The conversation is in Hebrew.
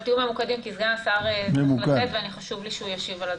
אבל תהיו ממוקדים כי סגן השר צריך לצאת וחשוב לי שהוא ישיב על הדברים.